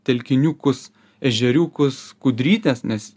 telkiniukus ežeriukus kudrytes nes